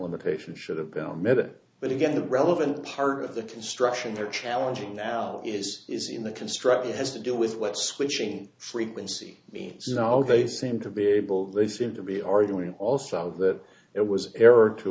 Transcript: limitation should have been met it but again the relevant part of the construction they're challenging now is is in the construct it has to do with what switching frequency means now they seem to be able they seem to be arguing also that it was error to